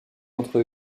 entre